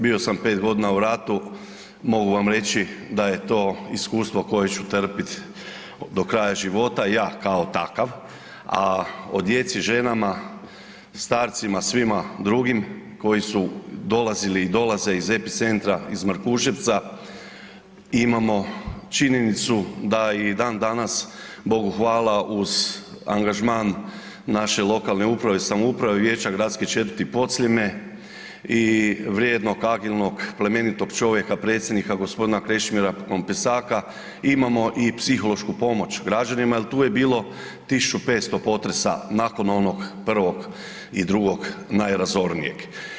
Bio sam pet godina u ratu, mogu vam reći da je to iskustvo koje ću trpit do kraja života, ja kao takav, a o djeci, ženama, starcima, svima drugim koji su dolazili i dolaze iz epicentra iz Markuševca imamo činjenicu da i dan danas Bogu hvala uz angažman naše lokalne uprave i samouprave Vijeća gradske četvrti Podsljeme i vrijednog, agilnog, plemenitog predsjednika gospodina Krešimira KOmpesaka imamo i psihološku pomoć građanima jel tu je bilo 1.500 potresa nakon onog prvog i drugog najrazornijeg.